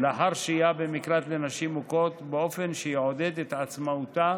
לאחר שהייה במקלט לנשים מוכות באופן שיעודד את עצמאותה